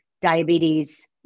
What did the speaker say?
diabetes